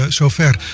zover